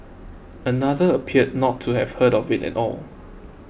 another appeared not to have heard of it at all